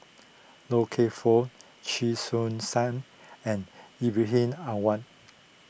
Loy Keng Foo Chee Soon sum and Ibrahim Awang